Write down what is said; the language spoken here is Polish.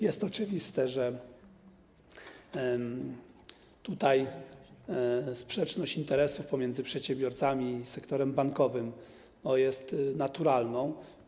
Jest oczywiste, że tutaj sprzeczność interesów pomiędzy przedsiębiorcami i sektorem bankowym jest naturalna.